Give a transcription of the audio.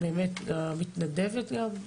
גם למתנדבת.